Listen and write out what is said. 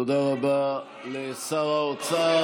תודה רבה לשר האוצר.